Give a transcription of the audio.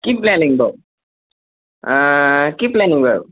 কি প্লেনিং বাৰু কি প্লেনিং বাৰু